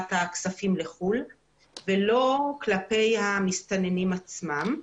בהעברת הכספים לחוץ לארץ ולא כלפי המסתננים עצמם.